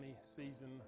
season